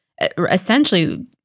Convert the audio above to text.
essentially